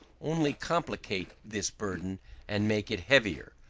only complicate this burden and make it heavier,